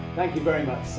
thank you very much,